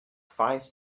five